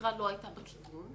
כשהחקירה לא הייתה בכיוון